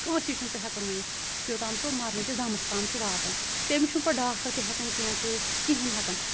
کٲنسٕے چھُ نہٕ سہُ ہٮ۪کان وٕنِتھ یوٚتام سُہ مَرنٕکِس دَمَس تام چھُ واتان تٔمِس چھُ نہٕ پتہٕ ڈاکٹَر تہِ ہٮ۪کان کیٚنٛہہ کٕرِتھ کِہینۍ ہٮ۪کان